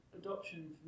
adoption